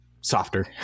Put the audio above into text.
softer